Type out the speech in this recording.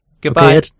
goodbye